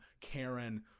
Karen